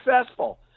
successful